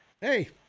Hey